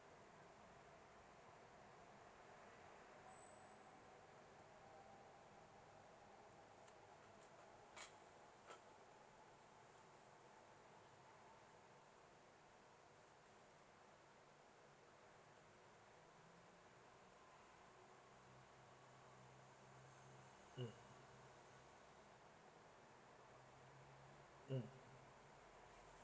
mm mm